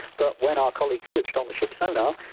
but when our colleagues switched on the ship's sonar,